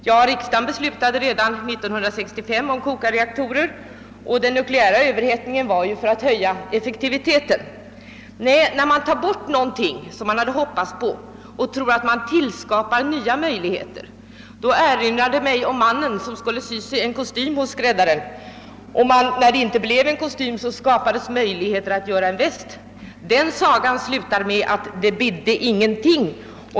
Ja, riksdagen beslutade redan 1965 om införande av kokarreaktorer, varvid den nukleära överhettningen avsågs bidra till att höja effektiviteten. Förfarandet att ta bort något som man ställt förhoppningar på samtidigt som man då säger att man skapar nya möjligheter erinrar mig om historien om den man som skulle låta sy en kostym hos skräddaren. När det inte blev någon kostym, skapades det möjligheter att sy en väst, och sagan slutade med att det >bidde» ingenting.